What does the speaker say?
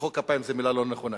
למחוא כפיים זו מלה לא נכונה.